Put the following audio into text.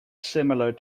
similar